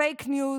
פייק ניוז,